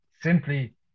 simply